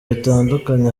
bitandukanye